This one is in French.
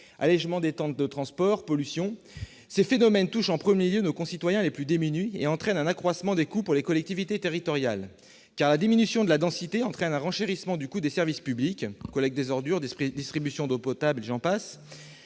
allongement des temps de transport, pollution, etc. Ces phénomènes touchent, en premier lieu, nos concitoyens les plus démunis et entraînent un accroissement des coûts pour les collectivités territoriales. En effet, la diminution de la densité entraîne un renchérissement du coût des services publics- collecte des ordures, distribution d'eau potable, etc.